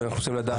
תודה.